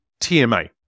TMA